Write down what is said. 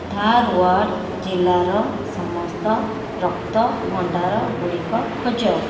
ଧାରୱାଡ଼ ଜିଲ୍ଲାର ସମସ୍ତ ରକ୍ତ ଭଣ୍ଡାରଗୁଡ଼ିକ ଖୋଜ